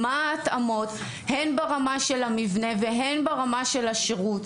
מה ההתאמות הן ברמה של המבנה והן ברמה של השירות,